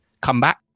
comeback